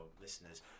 listeners